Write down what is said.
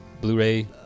blu-ray